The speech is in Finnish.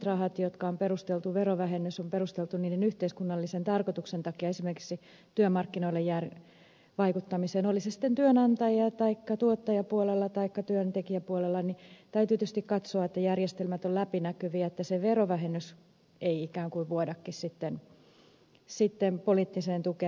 semmoisten rahojen osalta joiden verovähennys on perusteltu niiden yhteiskunnallisen tarkoituksen takia esimerkiksi työmarkkinoilla vaikuttamisen oli se sitten työnantaja taikka tuottajapuolella taikka työntekijäpuolella täytyy tietysti katsoa että järjestelmät ovat läpinäkyviä että se verovähennys ei ikään kuin vuodakin sitten poliittiseen tukeen